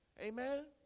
Amen